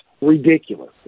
ridiculous